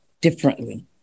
differently